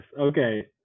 Okay